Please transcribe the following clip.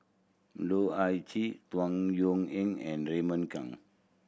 Loh Ah Chee Tung Yue Ying and Raymond Kang